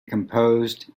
composed